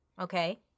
okay